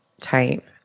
type